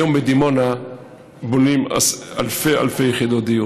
היום בדימונה בונים אלפי אלפי יחידות דיור.